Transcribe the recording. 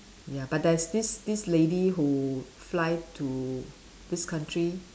ya but there's this this lady who fly to this country